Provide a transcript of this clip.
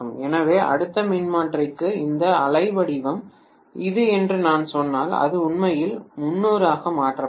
எனவே அடுத்த மின்மாற்றிக்கு இந்த அலை வடிவம் இது என்று நான் சொன்னால் அது உண்மையில் 300 மாற்றப்படும்